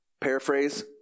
Paraphrase